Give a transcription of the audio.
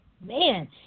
man